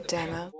Demo